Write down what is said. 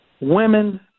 Women